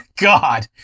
god